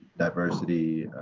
diversity,